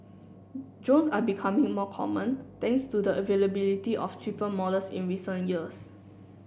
drones are becoming more common thanks to the availability of cheaper models in recent years